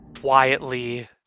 quietly